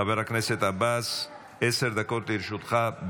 חבר הכנסת עבאס, עשר דקות לרשותך,